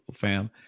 fam